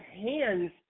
hands